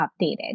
updated